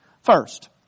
First